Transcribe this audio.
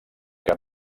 que